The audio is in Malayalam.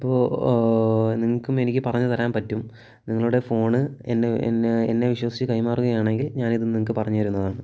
അപ്പോൾ നിങ്ങൾക്കും എനിക്കു പറഞ്ഞു തരാൻ പറ്റും നിങ്ങളുടെ ഫോൺ എന്നെ എന്നെ എന്നെ വിശ്വസിച്ചു കൈമാറുകയാണെങ്കിൽ ഞാനിത് നിങ്ങൾക്കു പറഞ്ഞിരുന്നതാണ്